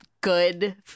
good